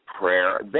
Prayer